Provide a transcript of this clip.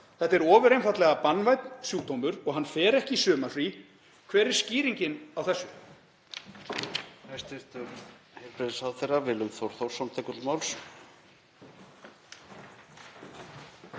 Þetta er ofur einfaldlega banvænn sjúkdómur og hann fer ekki í sumarfrí. Hver er skýringin á þessu?